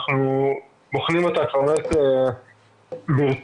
אנחנו בוחנים אותה ברצינות,